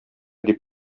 дип